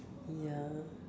ya